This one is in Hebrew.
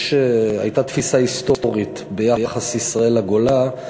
הייתה תפיסה היסטורית ביחס של ישראל לגולה,